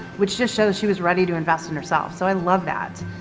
which just shows she was ready to invest in herself, so i love that.